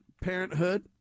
Parenthood